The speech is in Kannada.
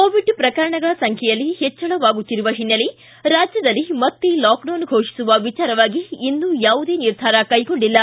ಕೋವಿಡ್ ಪ್ರಕರಣಗಳ ಸಂಖ್ಯೆಯಲ್ಲಿ ಹೆಚ್ಚಳವಾಗುತ್ತಿರುವ ಹಿನ್ನೆಲೆ ರಾಜ್ಯದಲ್ಲಿ ಮತ್ತೆ ಲಾಕ್ಡೌನ್ ಫೋಷಿಸುವ ವಿಚಾರವಾಗಿ ಇನ್ನೂ ಯಾವುದೇ ನಿರ್ಧಾರ ಕೈಗೊಂಡಿಲ್ಲ